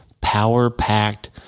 power-packed